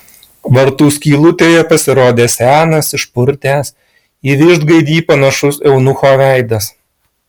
vartų skylutėje pasirodė senas išpurtęs į vištgaidį panašus eunucho veidas